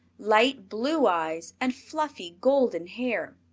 light-blue eyes and fluffy golden hair.